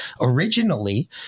originally-